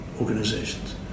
organizations